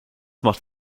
macht